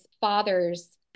father's